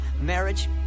marriage